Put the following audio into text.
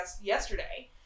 yesterday